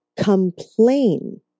complain